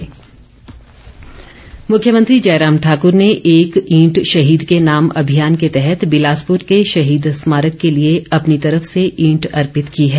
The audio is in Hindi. शहीद स्मारक मुख्यमंत्री जयराम ठाक्र ने एक ईंट शहीद के नाम अभियान के तहत बिलासपुर के शहीद स्मारक के लिए अपनी तरफ से ईंट अर्पित की है